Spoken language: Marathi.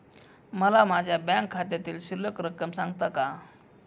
मला माझ्या बँक खात्यातील शिल्लक रक्कम सांगता का?